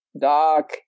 Doc